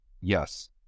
yes